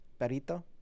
Perito